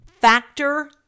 Factor